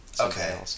Okay